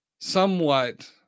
somewhat